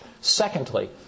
Secondly